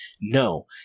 No